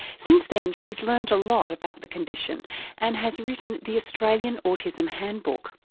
since then she's learned a lot about the condition and has written the australian autism handbook.